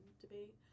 debate